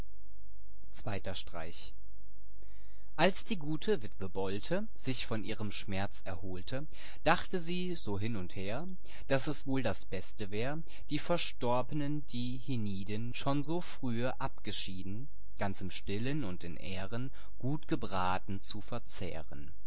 zweiter streich als die gute witwe bolte sich von ihrem schmerz erholte dachte sie so hin und her daß es wohl das beste wär die verstorb'nen die hienieden schon so frühe abgeschieden ganz im stillen und in ehren gut gebraten zu verzehren